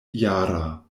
jara